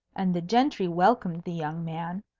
and the gentry welcomed the young man,